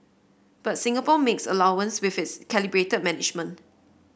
but Singapore makes allowance with its calibrated management